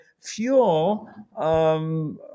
fuel